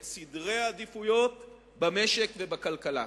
את סדרי העדיפויות במשק ובכלכלה.